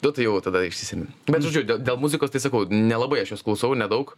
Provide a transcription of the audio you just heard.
nu tai jau tada išsisemi bet žodžiu dė dėl muzikos tai sakau nelabai aš jos klausau nedaug